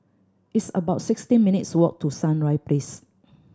it's about sixteen minutes' walk to Sunrise Place